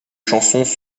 chansons